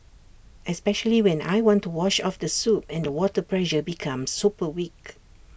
especially when I want to wash off the soap and the water pressure becomes super weak